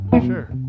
Sure